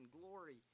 glory